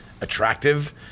attractive